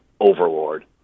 overlord